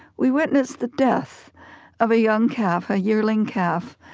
we witnessed the death of a young calf, a yearling calf,